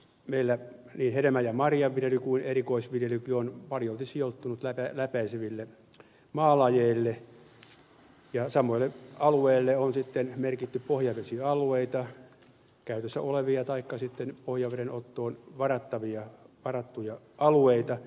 meillä niin hedelmän ja marjanviljely kuin erikoisviljelykin on paljolti sijoittunut läpäiseville maalajeille ja samoille alueille on sitten merkitty pohjavesialueita käytössä olevia taikka pohjaveden ottoon varattuja alueita